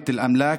דריבת אל-אמלאכ,